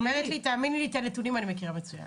תאמיני לי, את הנתונים אני מכירה מצוין.